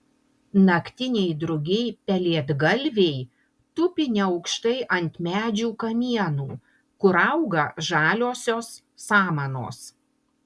naktiniai drugiai pelėdgalviai tupi neaukštai ant medžių kamienų kur auga žaliosios samanos